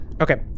Okay